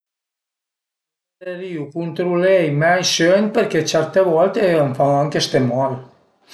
Preferirìu cuntrulé i mei sögn perché certe volte an fan anche ste mal